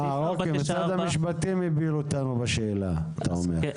אה, אוקיי, משרד המשפטים הפיל אותנו בשאלה הזאת.